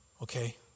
Okay